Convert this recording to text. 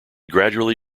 gradually